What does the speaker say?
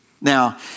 Now